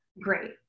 Great